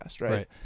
right